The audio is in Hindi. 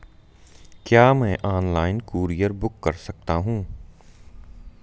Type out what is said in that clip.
क्या मैं ऑनलाइन कूरियर बुक कर सकता हूँ?